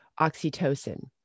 oxytocin